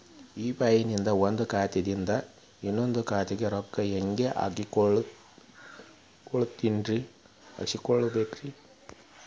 UPI ನಿಂದ ಒಂದ್ ಖಾತಾದಿಂದ ಇನ್ನೊಂದು ಖಾತಾಕ್ಕ ರೊಕ್ಕ ಹೆಂಗ್ ಕಳಸ್ಬೋದೇನ್ರಿ?